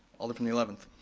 alder from the eleventh.